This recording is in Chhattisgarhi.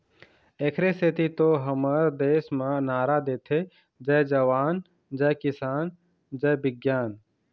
एखरे सेती तो हमर देस म नारा देथे जय जवान, जय किसान, जय बिग्यान